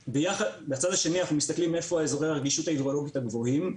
בצד השני אנחנו מסתכלים איפה אזורי הרגישות ההידרולוגית הגבוהים.